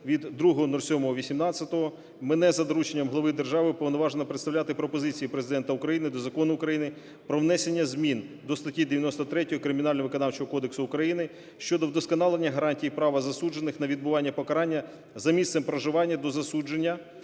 від 02.07.18, мене за дорученням глави держави уповноважено представляти пропозиції Президента України до Закону України "Про внесення зміни до статті 93 Кримінально-виконавчого кодексу України щодо вдосконалення гарантій права засуджених на відбування покарання за місцем проживання до засудження